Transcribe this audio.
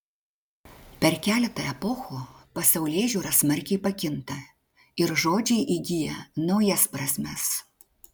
per keletą epochų pasaulėžiūra smarkiai pakinta ir žodžiai įgyja naujas prasmes